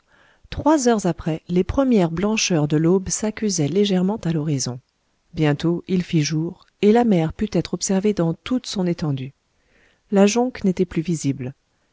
trois heures après les premières blancheurs de l'aube s'accusaient légèrement à l'horizon bientôt il fit jour et la mer put être observée dans toute son étendue la jonque n'était plus visible